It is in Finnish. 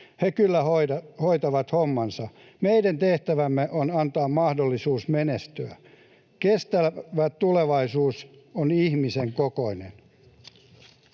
He kyllä hoitavat hommansa. Meidän tehtävämme on antaa mahdollisuus menestyä. Kestävä tulevaisuus on ihmisen kokoinen.